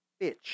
Bitch